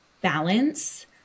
balance